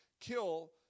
kill